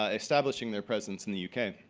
ah establishing their presence in the u k.